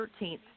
13th